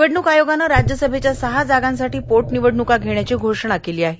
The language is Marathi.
निवडणक आयोगानं राज्यसभेच्या सहा जागांसाठी पोटनिवडणका घेण्याची घोषणा केली आहे